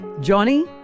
Johnny